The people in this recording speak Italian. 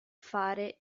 fare